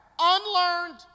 unlearned